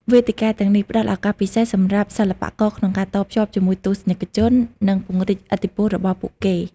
វេទិកាទាំងនេះផ្ដល់ឱកាសពិសេសសម្រាប់សិល្បករក្នុងការតភ្ជាប់ជាមួយទស្សនិកជន និងពង្រីកឥទ្ធិពលរបស់ពួកគេ។